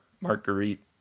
Marguerite